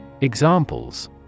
Examples